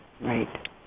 right